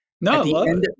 No